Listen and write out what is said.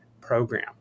program